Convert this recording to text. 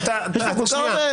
יש פה כל כך הרבה דברים.